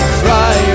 cry